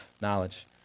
knowledge